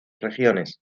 regiones